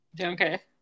Okay